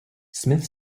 smith